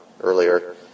earlier